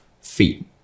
feet